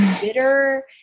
bitter